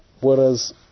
Whereas